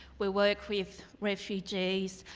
we work with refugees,